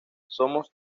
somos